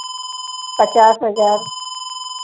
पचास हज़ार